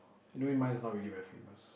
anyway mine is not really very famous